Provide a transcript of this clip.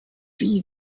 wie